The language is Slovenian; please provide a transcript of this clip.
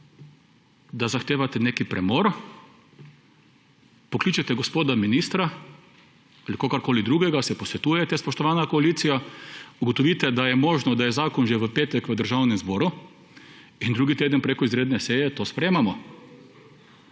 da zahtevate nek premor, pokličete gospoda ministra ali kogarkoli drugega, se posvetujete, spoštovana koalicija, ugotovite, da je mogoče, da je zakon že v petek v Državnem zboru – in drugi teden preko izredne seje to sprejemamo.